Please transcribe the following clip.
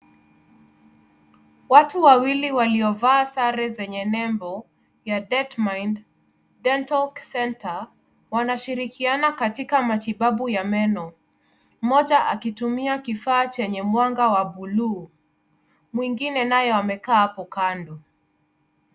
Watu wawili waliovaa sare zenye nembo ya Detmind Dental Center wanashirikiana katika matibabu ya meno. Mmoja akitumia kifaa chenye mwanga wa buluu. Mwingine naye amekaa hapo kando.